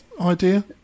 idea